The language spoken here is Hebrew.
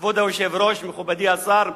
כבוד היושב-ראש ומכובדי השר,